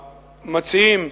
המציעים,